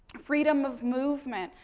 freedom of movement.